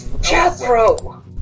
Jethro